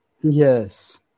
Yes